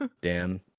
Dan